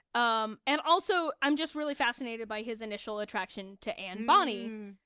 um and also i'm just really fascinated by his initial attraction to anne bonny,